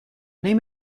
name